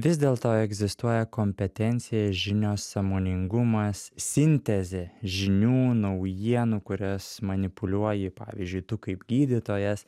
vis dėlto egzistuoja kompetencija žinios sąmoningumas sintezė žinių naujienų kurias manipuliuoji pavyzdžiui tu kaip gydytojas